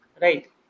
Right